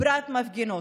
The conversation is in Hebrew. ובפרט מפגינות,